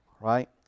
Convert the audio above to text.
Right